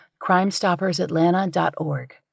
crimestoppersatlanta.org